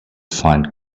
find